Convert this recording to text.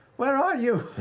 where are you?